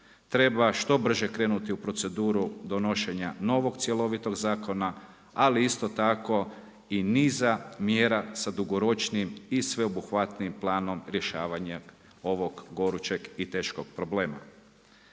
Treba što brže krenuti u proceduru donošenja novog cjelovitog zakona, ali isto tako i niza mjera sa dugoročnijim i sveobuhvatnijim planom rješavanja ovog gorućeg i teškog problema.